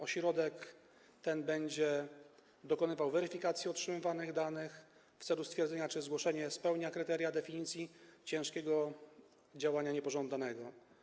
Ośrodek ten będzie dokonywał weryfikacji otrzymywanych danych w celu stwierdzenia, czy zgłoszenie spełnia kryteria definicji ciężkiego działania niepożądanego.